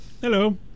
Hello